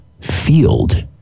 field